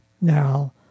now